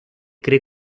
cree